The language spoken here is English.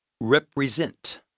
Represent